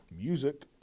Music